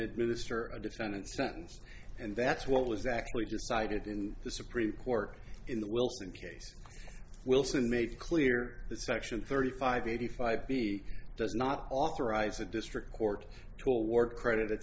administer a defendant's sentence and that's what was actually decided in the supreme court in the wilson case wilson made clear the section thirty five eighty five b does not authorize a district court to all work credit